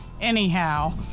Anyhow